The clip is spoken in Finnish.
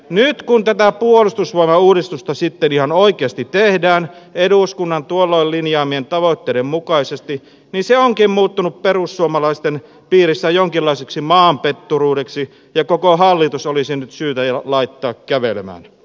nyt kun tätä puolustusvoimauudistusta sitten ihan oikeasti tehdään eduskunnan tuolloin linjaamien tavoitteiden mukaisesti niin se onkin muuttunut perussuomalaisten piirissä jonkinlaiseksi maanpetturuudeksi ja koko hallitus olisi nyt syytä laittaa kävelemään